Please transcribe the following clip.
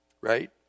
Right